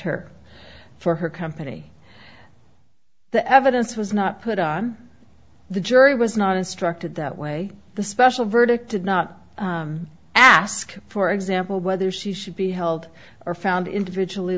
her for her company the evidence was not put on the jury was not instructed that way the special verdict did not ask for example whether she should be held or found individually